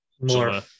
More